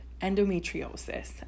endometriosis